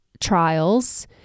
trials